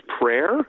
prayer